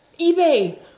eBay